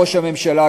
ראש הממשלה,